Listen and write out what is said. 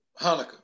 Hanukkah